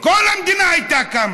כל המדינה הייתה קמה,